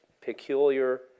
peculiar